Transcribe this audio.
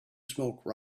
smoke